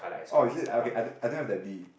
orh is it okay okay I don't I don't have that bee